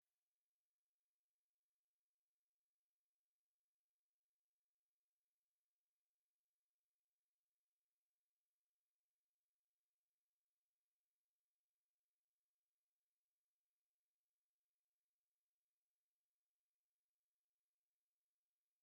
Umugabo uri mu murima w'ibihingwa, akaba ari kuvomerera yifashishije uburyo bugezweho mu kuvomerera. Hirya hakaba hari umusozi uriho ishyamba ndetse n'ikirere kiriho igihu.